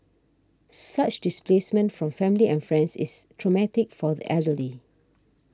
such displacement from family and friends is traumatic for the elderly